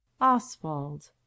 Oswald